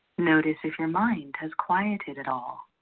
notice if your mind has quieted at all.